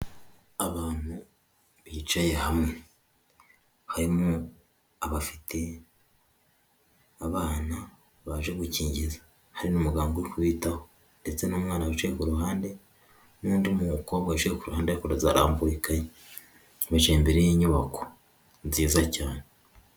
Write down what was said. abantu bicaye hamwe, harimo abafite abana baje gukingiza, hari n'umuganga uri kubitaho, ndetse n'umwana wicaye kuruhande n'undi mukobwa wicaye ku ruhande ari kuzarambura ikayi bicaye imbere y'inyubako nziza cyane.